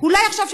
אולי עכשיו,